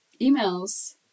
emails